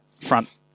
front